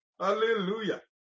Hallelujah